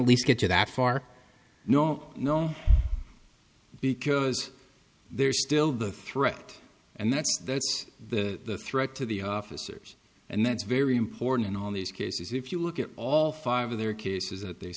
least get to that far no no because there's still the threat and that's that's the threat to the officers and that's very important in all these cases if you look at all five of their cases that they